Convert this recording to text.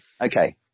Okay